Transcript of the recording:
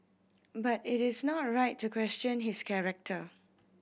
but it is not right to question his character